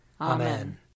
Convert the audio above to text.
Amen